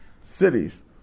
cities